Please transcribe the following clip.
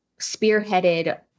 spearheaded